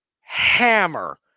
hammer